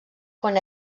quan